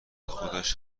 خودش